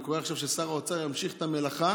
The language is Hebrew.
אני קורא עכשיו ששר האוצר ימשיך את המלאכה